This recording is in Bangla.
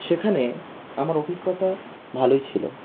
সেখানে আমার অভিজ্ঞতা ভালোই ছিল